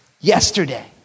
yesterday